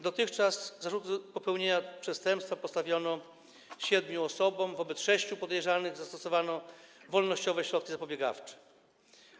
Dotychczas zarzuty popełnienia przestępstwa postawiono siedmiu osobom, wobec sześciu podejrzanych zastosowano wolnościowe środki zapobiegawcze.